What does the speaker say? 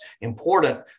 important